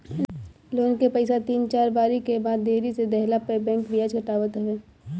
loan के पईसा तीन चार बारी के बाद देरी से देहला पअ बैंक बियाज काटत हवे